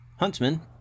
Huntsman